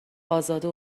ازاده